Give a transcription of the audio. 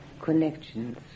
connections